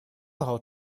how